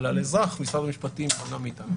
אבל על אזרח משרד המשפטים לא מתערב.